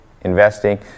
investing